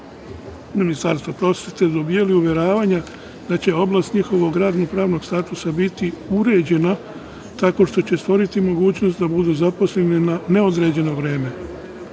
Ministarstva prosvete dobijali uveravanja da će oblast njihovog radnog-pravnog statusa biti uređena, tako što će stvoriti mogućnost da budu zaposleni na neodređeno